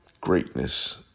greatness